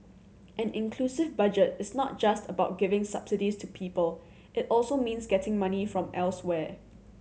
an inclusive Budget is not just about giving subsidies to people it also means getting money from elsewhere